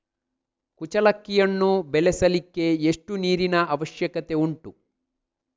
ಕುಚ್ಚಲಕ್ಕಿಯನ್ನು ಬೆಳೆಸಲಿಕ್ಕೆ ಎಷ್ಟು ನೀರಿನ ಅವಶ್ಯಕತೆ ಉಂಟು?